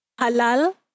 halal